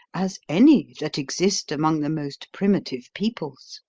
as any that exist among the most primitive peoples.